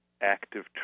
active